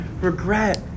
regret